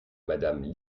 madame